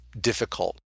difficult